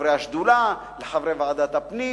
חברי השדולה, לחברי ועדת הפנים,